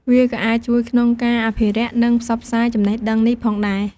វាក៏អាចជួយក្នុងការអភិរក្ស និងផ្សព្វផ្សាយចំណេះដឹងនេះផងដែរ។